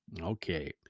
Okay